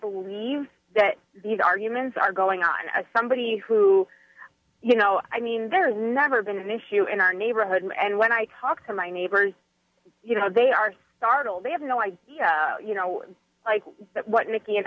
believe that these arguments are going on as somebody who you know i mean there's never been an issue in our neighborhood and when i talk to my neighbors you know they are startled they have no idea you know like what nicky and